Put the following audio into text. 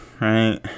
right